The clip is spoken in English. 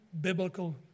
biblical